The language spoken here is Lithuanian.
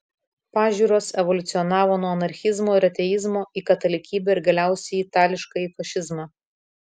pažiūros evoliucionavo nuo anarchizmo ir ateizmo į katalikybę ir galiausiai į itališkąjį fašizmą